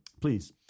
Please